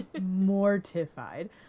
mortified